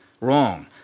Wrong